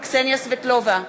קסניה סבטלובה,